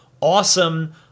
awesome